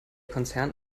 konzern